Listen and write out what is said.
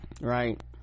right